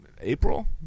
April